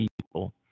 people